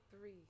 three